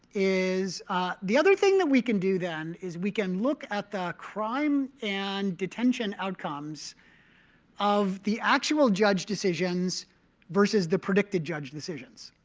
the other thing that we can do then is we can look at the crime and detention outcomes of the actual judge decisions versus the predicted judge decisions.